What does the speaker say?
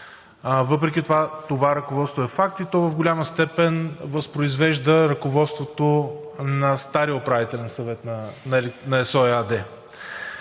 Въпреки това, това ръководство е факт и то в голяма степен възпроизвежда ръководството на стария Управителен съвет на ЕСО